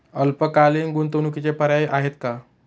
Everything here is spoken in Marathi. अल्पकालीन गुंतवणूकीचे पर्याय आहेत का?